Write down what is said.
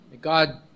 God